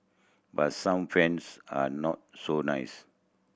but some friends are not so nice